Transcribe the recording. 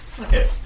Okay